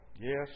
Yes